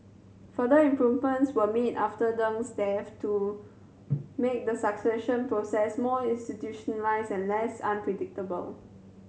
further improvements were made after Deng's death to make the succession process more institutionalised and less unpredictable